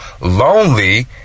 lonely